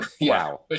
Wow